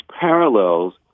parallels